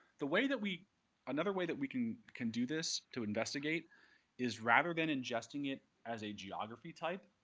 the way that we another way that we can can do this to investigate is rather than ingesting it as a geography type,